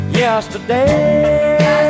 yesterday